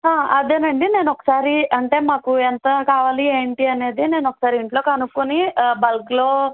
అదే అండి నేను ఒకసారి అంటే మాకు ఎంత కావాలి ఏంటి అనేది నేను ఒకసారి ఇంట్లో కనుక్కుని బల్క్లో